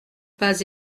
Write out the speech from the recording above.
pas